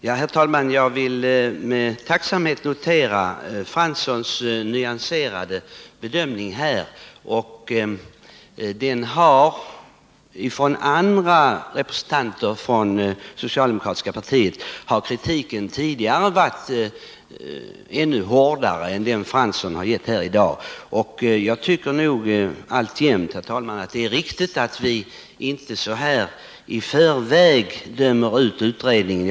Herr talman! Jag vill med tacksamhet notera Jan Franssons nyanserade bedömning i detta avseende. Andra representanter för det socialdemokratiska partiet har tidigare riktat ännu hårdare kritik mot utredningen än vad Jan Fransson har gett uttryck för här i dag. Jag tycker alltjämt, herr talman, att det är riktigt att vi inte i förväg dömer ut utredningen.